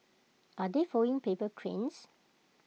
are they folding paper cranes